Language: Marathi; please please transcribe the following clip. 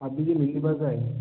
आपली जी मिनी बस आहे